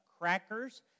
crackers